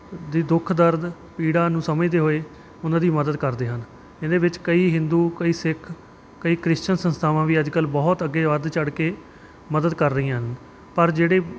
ਦੇ ਦੁੱਖ ਦਰਦ ਪੀੜਾ ਨੂੰ ਸਮਝਦੇ ਹੋਏ ਉਹਨਾਂ ਦੀ ਮਦਦ ਕਰਦੇ ਹਨ ਇਹਦੇ ਵਿੱਚ ਕਈ ਹਿੰਦੂ ਕਈ ਸਿੱਖ ਕਈ ਕ੍ਰਿਸ਼ਚਨ ਸੰਸਥਾਵਾਂ ਵੀ ਅੱਜ ਕੱਲ੍ਹ ਬਹੁਤ ਅੱਗੇ ਵੱਧ ਚੜ ਕੇ ਮਦਦ ਕਰ ਰਹੀਆਂ ਹਨ ਪਰ ਜਿਹੜੇ